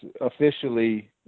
officially